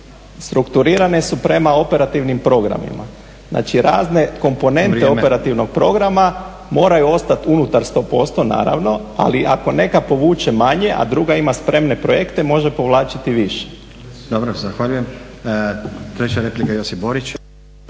strukturirane su prema operativnim programima, znači razne komponente operativnog programa moraju ostati unutar 100%, naravno, ali ako neka povuče manje, a druga ima spremne projekte, može povlačiti više.